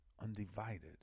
undivided